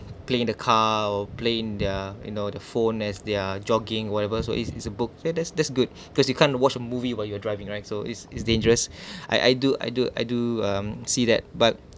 play in the car or play in their you know the phone as they are jogging whatever so it's is a book that that's that's good because you can't watch a movie while you are driving right so is is dangerous I I do I do I do um see that but